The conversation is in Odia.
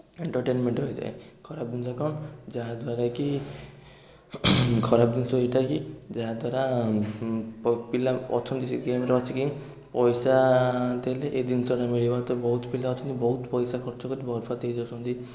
ଏଣ୍ଟରଟେରମେ୍ଣ୍ଟ ହୋଇଯାଏ ଖରାପ ଜିନିଷ କ'ଣ ଯାହା ଦ୍ୱାରାକି ଖରାପ ଜିନିଷ ଏଇଟା କି ଯାହାଦ୍ୱାରା ପ ପିଲା ଅଛନ୍ତି ସେ ଗେମ୍ଅଛିକି ପଇସା ଦେଲେ ଏ ଜିନିଷ ଟା ମିଳିବ ତ ପିଲା ବହୁତ ଅଛନ୍ତି ବହୁତ ପଇସା ଖର୍ଚ୍ଚ କରି ବର୍ବାଦ ହେଇ ଯାଉଛନ୍ତି